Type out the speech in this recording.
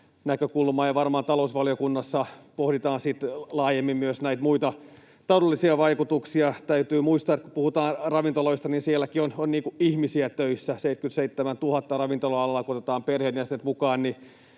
näkökulmaa, ja varmaan talousvaliokunnassa pohditaan sitten laajemmin myös näitä muita taloudellisia vaikutuksia. Täytyy muistaa, että kun puhutaan ravintoloista, niin sielläkin on ihmisiä töissä: 77 000 ravintola-alalla. Kun otetaan perheenjäsenet mukaan,